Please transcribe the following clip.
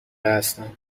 هستم